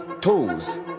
Toes